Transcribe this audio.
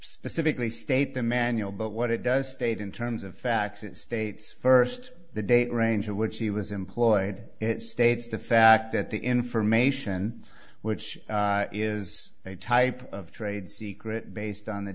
specifically state the manual but what it does state in terms of fact states first the date range of which he was employed it states the fact that the information which is a type of trade secret based on the